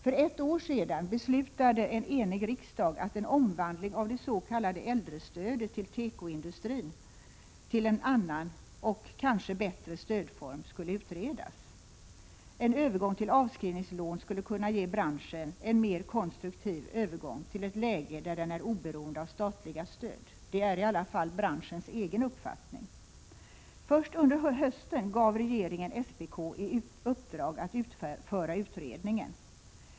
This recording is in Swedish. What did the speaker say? För ett år sedan beslöt en enig riksdag att en omvandling av det s.k. äldrestödet till tekoindustrin till en annan och kanske bättre stödform skulle utredas. En övergång till avskrivningslån skulle kunna ge branschen en mer konstruktiv övergång till ett läge där den är oberoende av statliga stöd. Det är i alla fall branschens egen uppfattning. Först under hösten gav regeringen SPK i uppdrag att utföra utredningen.